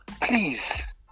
Please